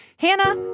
Hannah